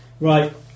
Right